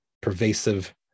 pervasive